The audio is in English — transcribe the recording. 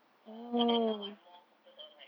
ya but then now I'm more focused on like